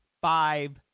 five